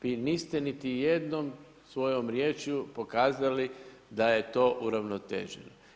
Vi niste niti jednom svojom riječju pokazali da je to uravnoteženo.